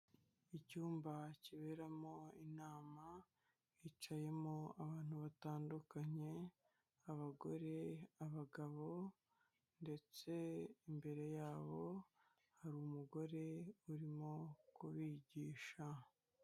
Icyumba kiberamo inama hicayemo abantu batandukanye abagore, abagabo ndetse imbere yabo hari umugore urimo kubigisha.